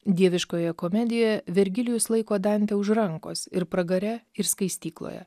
dieviškojoje komedijoje vergilijus laiko dantę už rankos ir pragare ir skaistykloje